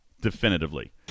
Definitively